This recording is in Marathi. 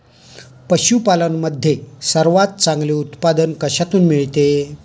पशूपालन मध्ये सर्वात चांगले उत्पादन कशातून मिळते?